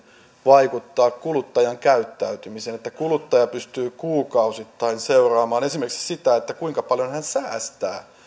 vaikuttaa kuluttajan käyttäytymiseen niin että kuluttaja pystyy kuukausittain seuraamaan esimerkiksi sitä kuinka paljon hän säästää